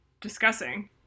discussing